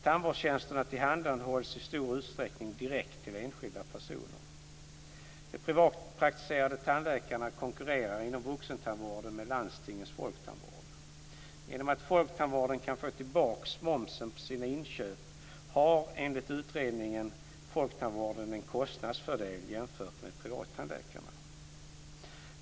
Tandvårdstjänsterna tillhandahålls i stor utsträckning direkt till enskilda personer. De privatpraktiserande tandläkarna konkurrerar inom vuxentandvården med landstingens folktandvård. Genom att folktandvården kan få tillbaka momsen på sina inköp har, enligt utredningen, folktandvården en kostnadsfördel jämfört med privattandläkaren.